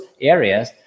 areas